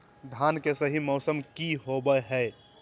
धान के सही मौसम की होवय हैय?